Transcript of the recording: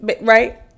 right